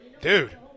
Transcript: dude